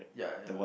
ya ya ya